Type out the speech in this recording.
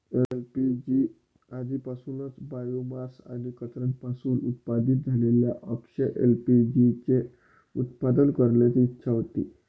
LPG आधीपासूनच biomass आणि कचऱ्यापासून उत्पादित झालेल्या अक्षय एल.पी.जी चे उत्पादन करण्याची इच्छा होती